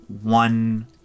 one